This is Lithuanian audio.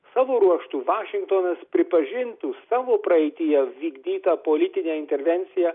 savo ruožtu vašingtonas pripažintų savo praeityje vykdytą politinę intervenciją